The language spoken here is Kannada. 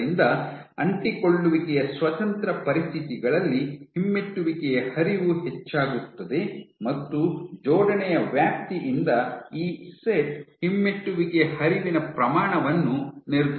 ಆದ್ದರಿಂದ ಅಂಟಿಕೊಳ್ಳುವಿಕೆಯ ಸ್ವತಂತ್ರ ಪರಿಸ್ಥಿತಿಗಳಲ್ಲಿ ಹಿಮ್ಮೆಟ್ಟುವಿಕೆಯ ಹರಿವು ಹೆಚ್ಚಾಗುತ್ತದೆ ಮತ್ತು ಜೋಡಣೆಯ ವ್ಯಾಪ್ತಿಯಿಂದ ಈ ಸೆಟ್ ಹಿಮ್ಮೆಟ್ಟುವಿಕೆಯ ಹರಿವಿನ ಪ್ರಮಾಣವನ್ನು ನಿರ್ಧರಿಸುತ್ತದೆ